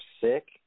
sick